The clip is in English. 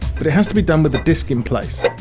but it has to be done with the disc in place.